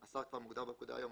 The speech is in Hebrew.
"השר" מוגדר כבר בפקודה היום,